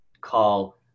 call